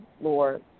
Lord